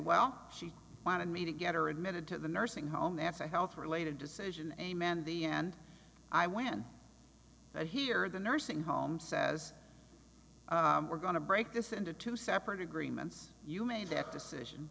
well she wanted me to get her admitted to the nursing home as a health related decision and a man in the end i when i hear the nursing home says we're going to break this into two separate agreements you made that decision